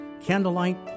candlelight